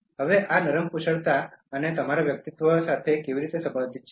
હવે આ નરમ કુશળતા અને તમારા વ્યક્તિત્વ સાથે કેવી રીતે સંબંધિત છે